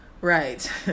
right